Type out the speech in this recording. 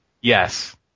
Yes